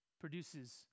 Produces